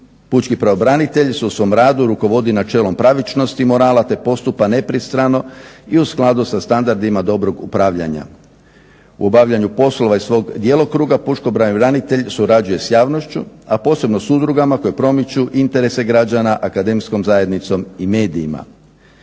pučki pravobranitelj se u svom radu rukovodi načelom pravičnosti morala te postupa nepristrano i u skladu sa standardima dobrog upravljanja. U obavljanju poslova iz svog djelokruga pučki pravobranitelj surađuje s javnošću a posebno s udrugama koje promiču interese građana, akademskom zajednicom i medijima.